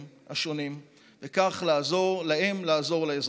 השונים ולסייע להם ובכך לעזור להם לעזור לאזרחים.